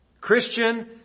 Christian